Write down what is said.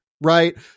Right